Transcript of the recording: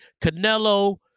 Canelo